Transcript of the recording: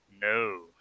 no